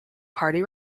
party